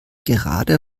gerade